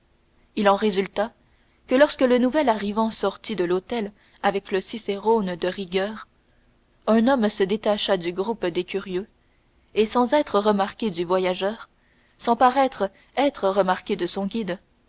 il en résulta que lorsque le nouvel arrivant sortit de l'hôtel avec le cicérone de rigueur un homme se détacha du groupe des curieux et sans être remarqué du voyageur sans paraître être remarqué de son guide